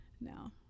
now